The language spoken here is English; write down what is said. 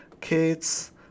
kids